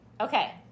Okay